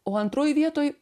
o antroj vietoj